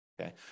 okay